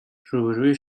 روبروی